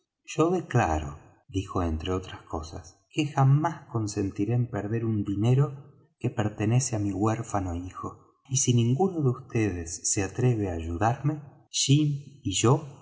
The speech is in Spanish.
yo declaro dijo entre otras cosas que jamás consentiré en perder un dinero que pertenece á mi huérfano hijo y si ninguno de vds se atreve á ayudarme jim y yo